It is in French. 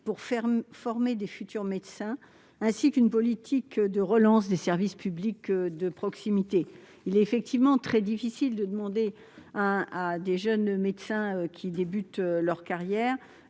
de former de futurs médecins, ainsi que dans une politique de relance des services publics de proximité. Il est effectivement très difficile de demander à de jeunes médecins qui commencent leur carrière